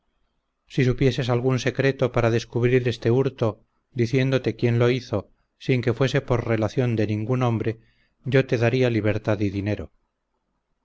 si supieses algún secreto para descubrir este hurto diciéndote quién lo hizo sin que fuese por relación de ningún hombre yo te daría libertad y dinero